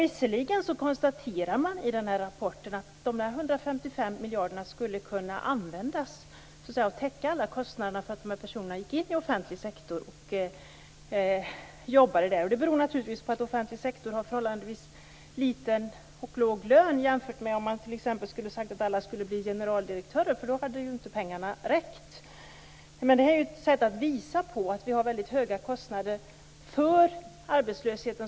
Visserligen konstaterar man i denna rapport att dessa 155 miljarder skulle kunna användas och täcka alla kostnader för att dessa personer går in och jobbar i offentlig sektor. Det beror naturligtvis på att man inom den offentliga sektorn har låga löner om man jämför med vad en generaldirektör har. Pengarna hade ju inte räckt om man hade sagt att alla skulle bli generaldirektörer. Detta är ett sätt att visa att vi har mycket höga kostnader för arbetslösheten.